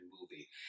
movie